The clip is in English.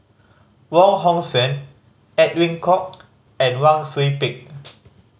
Wong Hong Suen Edwin Koek and Wang Sui Pick